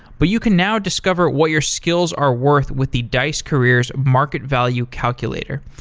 but you can now discover what your skills are worth with the dice careers market value calculator.